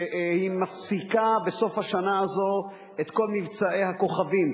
שהיא מפסיקה בסוף השנה הזאת את כל מבצעי הכוכבים,